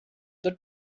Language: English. the